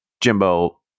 jimbo